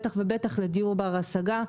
בטח ובטח לדיור בר השגה,